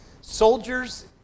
soldiers